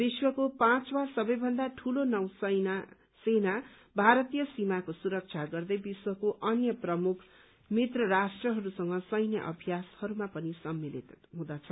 विश्वको पाँच वा सबैभन्दा ठूलो नौ सेना भारतीय सीमाको सुरक्षा गर्दै विश्वको अन्य प्रमुख मित्र राष्ट्रहरूसँग सैन्य अभ्यासहरूमा पनि सम्मिलित हुँदछ